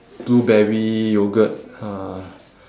blueberry yoghurt uh